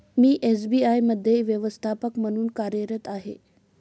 मी SBI मध्ये व्यवस्थापक म्हणून कार्यरत आहे